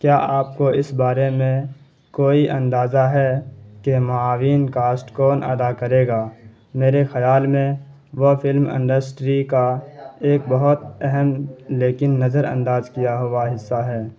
کیا آپ کو اس بارے میں کوئی اندازہ ہے کہ معاون کاسٹ کون ادا کرے گا میرے خیال میں وہ فلم انڈسٹری کا ایک بہت اہم لیکن نظر انداز کیا ہوا حصہ ہے